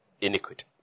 iniquity